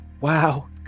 wow